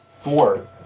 Four